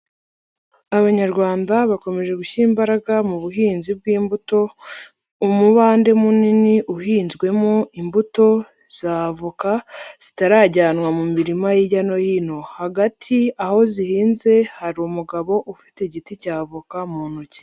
Abanyarwanda bakomeje gushyira imbaraga mu buhinzi bw'imbuto. Umubande munini uhinzwemo imbuto za avoka zitarajyanwa mu mirima hirya no hino, hagati aho zihinze hari umugabo ufite igiti cya avoka mu ntoki.